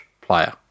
player